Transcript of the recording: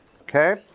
okay